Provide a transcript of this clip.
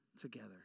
together